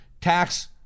tax